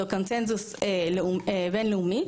זה קונצנזוס בין-לאומי,